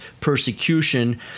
persecution